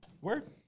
Word